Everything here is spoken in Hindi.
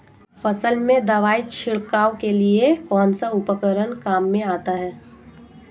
फसल में दवाई छिड़काव के लिए कौनसा उपकरण काम में आता है?